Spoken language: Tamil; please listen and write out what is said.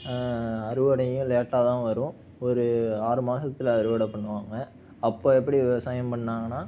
அறுவடையும் லேட்டாக தான் வரும் ஒரு ஆறு மாசத்தில் அறுவடை பண்ணுவாங்க அப்போ எப்படி விவசாயம் பண்ணாங்கன்னா